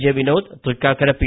J Vinod Thrikkakara P